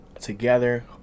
together